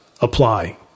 apply